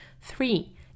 Three